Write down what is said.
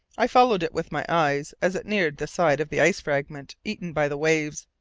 i followed it with my eyes as it neared the side of the ice fragment eaten by the waves.